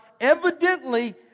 evidently